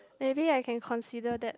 maybe I can consider that